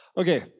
Okay